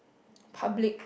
public